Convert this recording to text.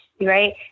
right